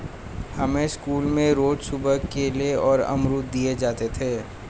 हमें स्कूल में रोज सुबह केले और अमरुद दिए जाते थे